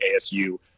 ASU